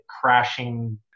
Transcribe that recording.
crashing